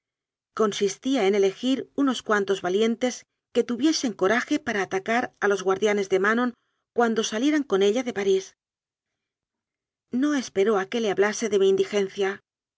consistía en elegir unos cuantos valientes que tuviesen coraje para atacar a los guardianes de manon cuando salieran con ella de parís no esperó a que le hablase de